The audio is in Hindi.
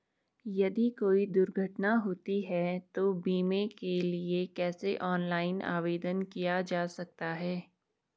यदि कोई दुर्घटना होती है तो बीमे के लिए कैसे ऑनलाइन आवेदन किया जा सकता है?